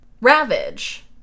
Ravage